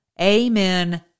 Amen